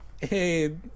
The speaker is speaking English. Hey